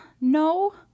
no